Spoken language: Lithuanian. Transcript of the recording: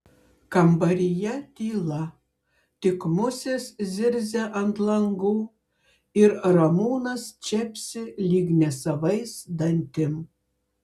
kambaryje tyla tik musės zirzia ant langų ir ramūnas čepsi lyg nesavais dantim